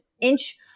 inch